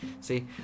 See